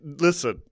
Listen